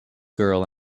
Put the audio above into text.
girl